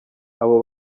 abo